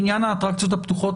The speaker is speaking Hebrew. בעניין האטרקציות הפתוחות,